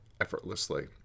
effortlessly